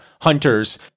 Hunters